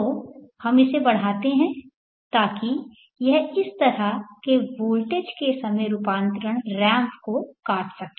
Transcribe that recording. तो हम इसे बढ़ाते हैं ताकि यह इस तरह के वोल्टेज से समय रूपांतरण रैंप को काट सके